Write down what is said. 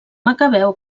macabeu